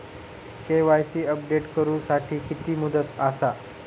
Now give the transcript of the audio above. KYC update करू साठी किती मुदत आसा?